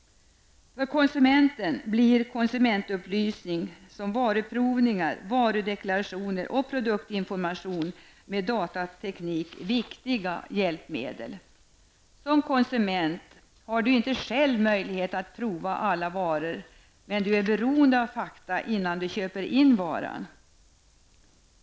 För konsumenten förblir konsumentupplysning liksom varuprovningar, varudeklarationer och produktinformation med datateknik viktiga hjälpmedel. Som konsument har du inte själv möjlighet att prova alla varor men du är beroende av fakta innan du köper in varan.